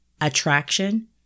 attraction